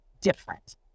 different